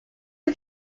was